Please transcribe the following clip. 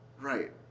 right